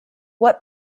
what